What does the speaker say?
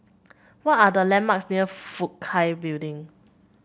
what are the landmarks near Fook Hai Building